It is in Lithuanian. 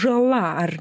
žala ar